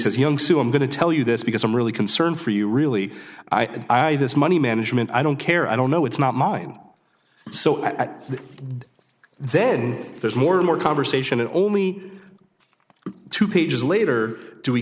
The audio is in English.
says young sue i'm going to tell you this because i'm really concerned for you really i this money management i don't care i don't know it's not mine so at then there's more and more conversation it only two pages later do we